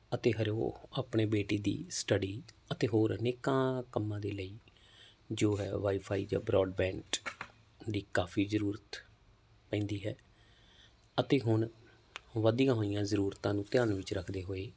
ਅਤੇ ਹਰ ਉਹ ਆਪਣੀ ਬੇਟੀ ਦੀ ਸਟੱਡੀ ਅਤੇ ਹੋਰ ਅਨੇਕਾਂ ਕੰਮਾਂ ਦੇ ਲਈ ਜੋ ਹੈ ਵਾਈਫਾਈ ਜਾਂ ਬਰੋਡਬੈਂਡ ਦੀ ਕਾਫੀ ਜ਼ਰੂਰਤ ਪੈਂਦੀ ਹੈ ਅਤੇ ਹੁਣ ਵਧੀਆਂ ਹੋਈਆਂ ਜ਼ਰੂਰਤਾਂ ਨੂੰ ਧਿਆਨ ਵਿੱਚ ਰੱਖਦੇ ਹੋਏ